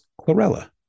chlorella